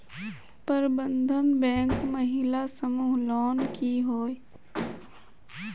प्रबंधन बैंक महिला समूह लोन की होय?